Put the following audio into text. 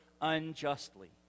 unjustly